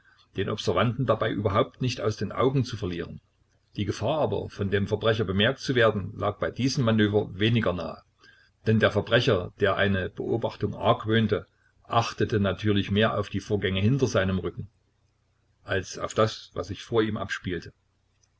den observanten dabei überhaupt nicht aus den augen zu verlieren die gefahr aber von dem verbrecher bemerkt zu werden lag bei diesem manöver weniger nahe denn der verbrecher der eine beobachtung argwöhnte achtete natürlich mehr auf die vorgänge hinter seinem rücken als auf das was sich vor ihm abspielte